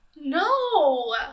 No